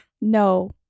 No